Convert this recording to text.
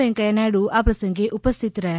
વેકૈયા નાયડુ આ પ્રસંગે ઉપસ્થિત રહ્યા